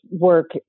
work